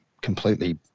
completely